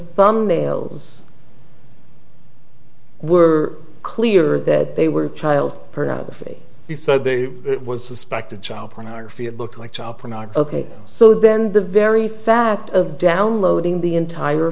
thumbnails were clear that they were child pornography he said they it was suspected child pornography it looked like chopra not ok so then the very fact of downloading the entire